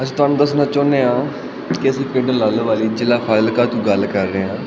ਅਸੀਂ ਤੁਹਾਨੂੰ ਦੱਸਨਾ ਚਾਹੁੰਦੇ ਹਾਂ ਕਿ ਅਸੀਂ ਪਿੰਡ ਲਾਲੋਵਾਲੀ ਜ਼ਿਲ੍ਹਾ ਫਾਜ਼ਿਲਕਾ ਤੋਂ ਗੱਲ ਕਰ ਰਹੇ ਹਾਂ